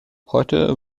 heute